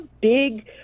big